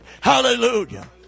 Hallelujah